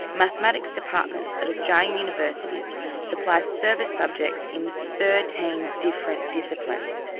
mathematics departments at australian universities supply service subjects in thirteen different disciplines,